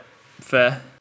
fair